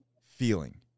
feeling